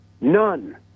none